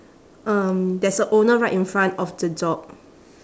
um there's a owner right in front of the dog